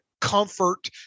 comfort